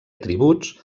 atributs